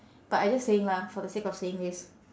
but I just saying lah for the sake of saying this